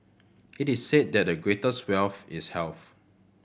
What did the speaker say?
it is said that the greatest wealth is health